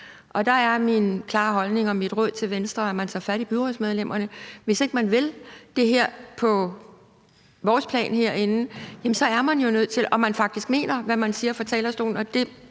Der er min klare holdning og mit råd til Venstre, at man tager fat i byrådsmedlemmerne. Hvis ikke man vil det her efter vores plan herinde, og hvis man faktisk mener, hvad man siger fra talerstolen